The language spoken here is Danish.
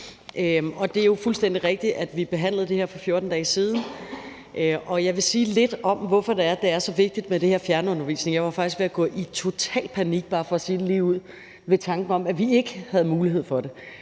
Det er jo fuldstændig rigtigt, at vi behandlede det her for 14 dage siden. Jeg vil sige lidt om, hvorfor det er så vigtigt med den her fjernundervisning. Jeg var faktisk ved at gå i total panik bare for at sige det ligeud ved tanken om, at vi ikke havde mulighed for det.